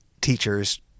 teachers